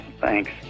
thanks